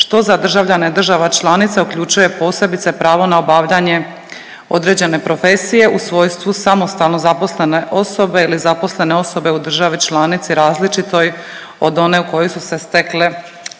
što za državljane država članica uključuje posebice pravo na obavljanje određene profesije u svojstvu samostalno zaposlene osobe ili zaposlene osobe u državi članici različitoj od one u kojoj su se stekle